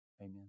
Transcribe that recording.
Amen